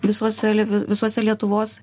visose visuose lietuvos